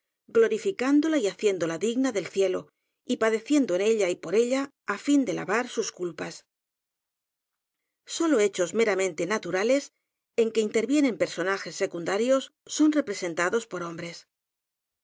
glorificándola y haciéndola digna del cielo y padeciendo en ella y por ella á fin de lavar sus culpas sólo hechos meramente naturales en que inter vienen personajes secundarios son representados por hombres